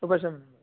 उपशम